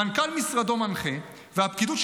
מנכ"ל משרדו מנחה והפקידות,